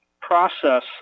process